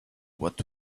what